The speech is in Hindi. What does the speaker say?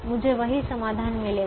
मुझे वही समाधान मिलेगा